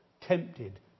tempted